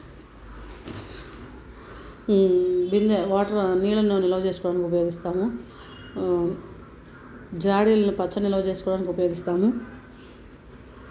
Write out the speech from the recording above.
బిందె వాటరు నీళ్ళను నిల్వ చేసుకోవడానికి ఉపయోగిస్తాము జాడీలను పచ్చడి నిల్వ చేసుకోవడానికి ఉపయోగిస్తాము